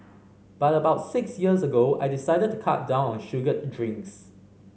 but about six years ago I decided to cut down on sugared drinks